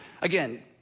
Again